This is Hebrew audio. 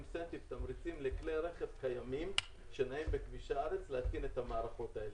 תמריצים לכלי רכב קיימים שנעים בכבישי הארץ להתקין את המערכות האלה.